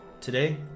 Today